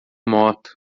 moto